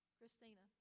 Christina